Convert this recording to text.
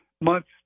months